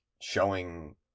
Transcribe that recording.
showing